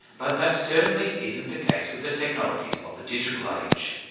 but that certainly isn't the case with the technologies of the digital age.